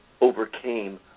overcame